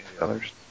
others